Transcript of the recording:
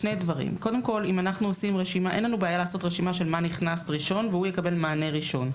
אין לנו בעיה לעשות רשימה של מה נכנס ראשון והוא יקבל מענה ראשון,